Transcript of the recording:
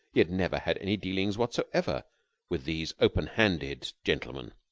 he had never had any dealings whatsoever with these open-handed gentlemen.